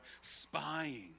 spying